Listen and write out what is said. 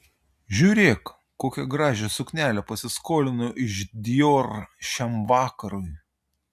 žiūrėk kokią gražią suknelę pasiskolino iš dior šiam vakarui